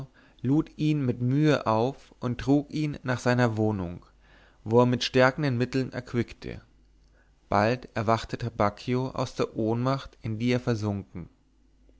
lud ihn mit mühe auf und trug ihn nach seiner wohnung wo er ihn mit stärkenden mitteln erquickte bald erwachte trabacchio aus der ohnmacht in die er versunken